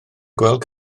gweld